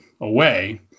away